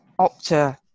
Opta